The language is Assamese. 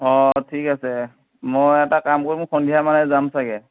অঁ ঠিক আছে মই এটা কাম কৰিম মই সন্ধিয়া মানে যাম চাগে